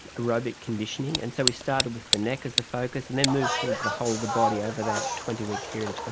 aerobic conditioning. and so we started with the neck as the focus and then moved towards the whole of the body over that twenty week period of time.